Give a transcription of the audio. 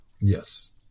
Yes